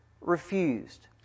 refused